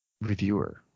reviewer